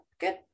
good